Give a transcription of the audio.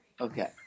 Okay